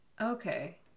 Okay